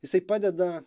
jisai padeda